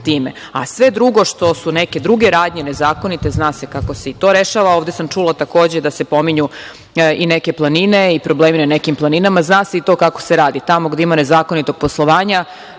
time. Sve drugo što su neke druge radnje nezakonite, zna se kako se i to rešava. Ovde sam čula takođe da se pominju i neke planine i problemi na nekim planinama, zna se i to kako se radi. Tamo gde ima nezakonitog poslovanja